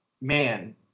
man